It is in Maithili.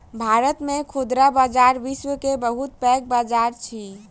भारत के खुदरा बजार विश्व के बहुत पैघ बजार अछि